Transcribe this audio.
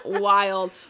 wild